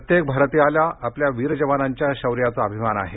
प्रत्येक भारतीयाला आपल्या वीर जवानांच्या शौर्याचा अभिमान आहे